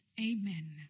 Amen